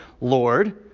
Lord